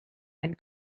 and